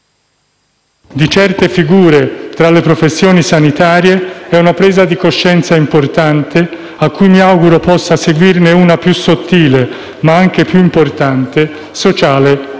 di certe figure tra le professioni sanitarie è una presa di coscienza importante, a cui mi auguro possa seguirne una più sottile, ma anche più importante, sociale e culturale.